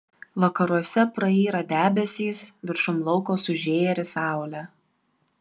vakaruose prayra debesys viršum lauko sužėri saulė